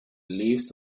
leaves